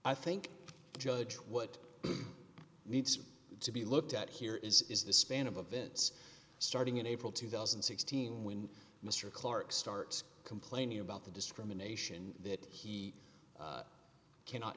i think judge what needs to be looked at here is the span of a vents starting in april two thousand and sixteen when mr clarke starts complaining about the discrimination that he cannot